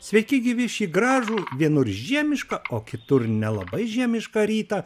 sveiki gyvi šį gražų vienur žiemišką o kitur nelabai žiemišką rytą